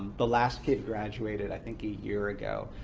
the last kid graduated, i think, a year ago.